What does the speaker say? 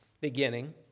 beginning